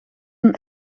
een